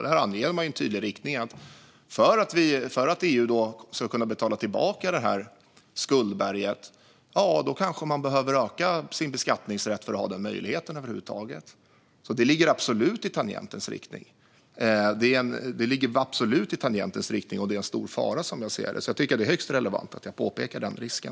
Där anger man en tydlig riktning: För att EU ska kunna betala tillbaka det här skuldberget kanske man behöver öka sin beskattningsrätt. Så det ligger absolut i tangentens riktning, och det är en stor fara, som jag ser det. Jag tycker att det är högst relevant att påpeka den risken.